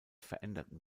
veränderten